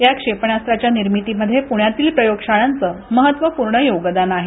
या क्षेणास्त्राच्या निर्मिती मध्ये पूण्यातील प्रयोगशाळांच महत्त्वपूर्ण योगदान आहे